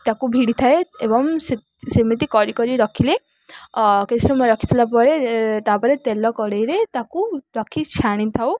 ତାକୁ ଭିଡ଼ିଥାଏ ଏବଂ ସେମିତି କରି କରି ରଖିଲେ କିଛି ସମୟ ରଖିିସାରିଲା ପରେ ତାପରେ ତେଲ କଡ଼େଇରେ ତାକୁ ରଖି ଛାଣିଥାଉ